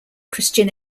christian